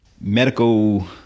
medical